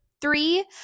three